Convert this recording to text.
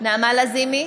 נעמה לזימי,